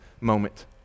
moment